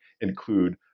include